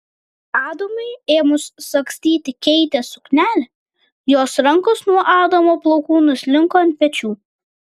adamui ėmus sagstyti keitės suknelę jos rankos nuo adamo plaukų nuslinko ant pečių